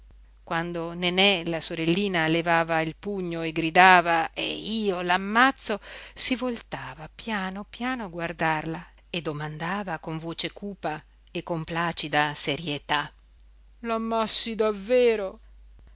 imbrogliata quando nenè la sorellina levava il pugno e gridava e io l'ammazzo si voltava piano piano a guardarla e domandava con voce cupa e con placida serietà l'ammassi davero